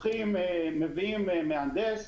מביאים מהנדס,